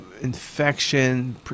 infection